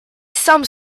some